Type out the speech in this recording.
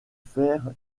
faire